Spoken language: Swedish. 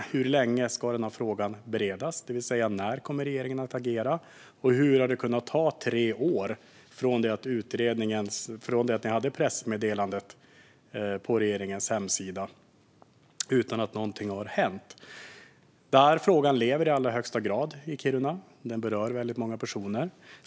Hur länge ska denna fråga beredas - det vill säga när kommer regeringen att agera? Och hur har det kunnat ta tre år från det att pressmeddelandet lades upp på regeringens hemsida utan att någonting har hänt? Denna fråga lever i allra högsta grad i Kiruna. Den berör väldigt många personer.